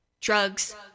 Drugs